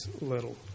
little